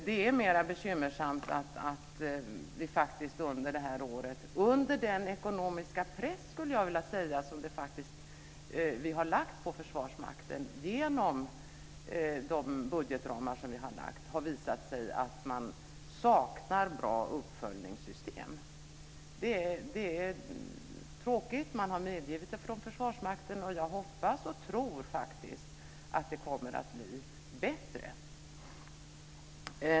Det är mer bekymmersamt att det under det här året, under den ekonomiska press som vi har lagt på Försvarsmakten genom de budgetramar som vi har lagt, har visat sig att man saknar bra uppföljningssystem. Det är tråkigt. Försvarsmakten har medgivit det. Jag hoppas och tror faktiskt att det kommer att bli bättre.